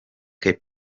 cape